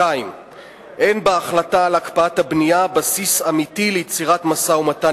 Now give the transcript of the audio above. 2. אין בהחלטה על הקפאת הבנייה בסיס אמיתי ליצירת משא-ומתן